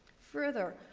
further,